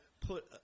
put